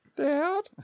Dad